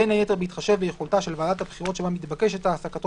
בין היתר בהתחשב ביכולתה של ועדת הבחירות שבה מתבקשת העסקתו